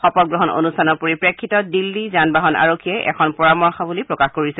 শপতগ্ৰহণ অনুষ্ঠানৰ পৰিপ্ৰেক্ষিতত দিল্লী যান বাহন আৰক্ষীয়ে এখন পৰামৰ্শাৱলী প্ৰকাশ কৰিছে